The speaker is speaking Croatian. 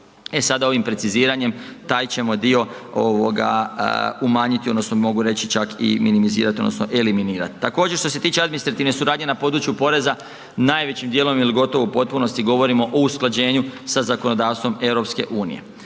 sada, ovim preciziranjem taj ćemo dio umanjiti, odnosno mogu reći čak i minimizirati, odnosno eliminirati. Također, što se tiče administrativne suradnje na području porezna, najvećim dijelom ili gotovo u potpunosti govorimo o usklađenju sa zakonodavstvom EU.